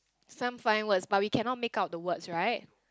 some fine words but we cannot make out the words right